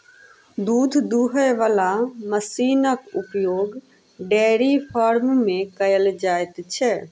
दूध दूहय बला मशीनक उपयोग डेयरी फार्म मे कयल जाइत छै